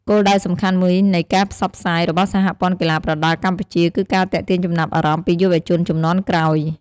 គោលដៅសំខាន់មួយនៃការផ្សព្វផ្សាយរបស់សហព័ន្ធកីឡាប្រដាល់កម្ពុជា គឺការទាក់ទាញចំណាប់អារម្មណ៍ពីយុវជនជំនាន់ក្រោយ។